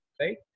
right